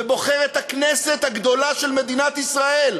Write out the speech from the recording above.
ובוחרת הכנסת הגדולה של מדינת ישראל,